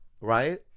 right